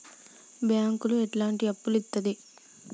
బ్యాంకులు ఎట్లాంటి అప్పులు ఇత్తది?